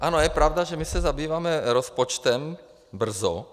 Ano, je pravda, že my se zabýváme rozpočtem brzo.